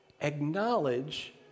acknowledge